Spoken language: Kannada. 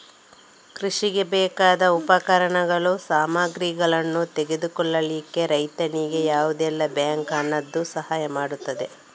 ಕೃಷಿಗೆ ಬೇಕಾದ ಉಪಕರಣಗಳು, ಸಾಮಗ್ರಿಗಳನ್ನು ತೆಗೆದುಕೊಳ್ಳಿಕ್ಕೆ ರೈತನಿಗೆ ಯಾವುದೆಲ್ಲ ಬ್ಯಾಂಕ್ ಹಣದ್ದು ಸಹಾಯ ಮಾಡ್ತದೆ?